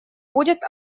будет